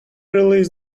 release